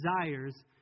desires